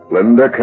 Linda